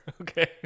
Okay